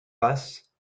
passe